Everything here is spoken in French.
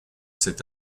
cet